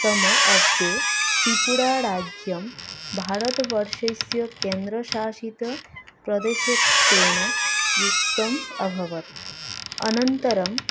तम अब्धे त्रिपुराराज्यं भारतवर्षस्य केन्द्रशासित प्रदेशत्वेन युक्तम् अभवत् अनन्तरं